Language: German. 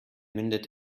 mündet